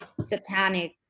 satanic